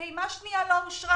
נאמר לי שהפעימה השנייה לא אושרה.